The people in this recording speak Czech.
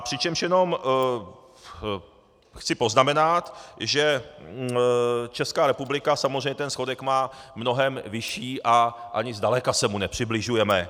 Přičemž jenom chci poznamenat, že Česká republika samozřejmě ten schodek má mnohem vyšší a ani zdaleka se mu nepřibližujeme.